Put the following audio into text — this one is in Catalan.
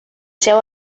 seu